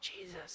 Jesus